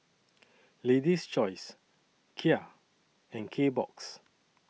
Lady's Choice Kia and Kbox